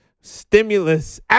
Stimulus